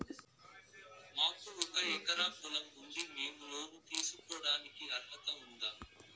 మాకు ఒక ఎకరా పొలం ఉంది మేము లోను తీసుకోడానికి అర్హత ఉందా